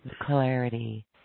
clarity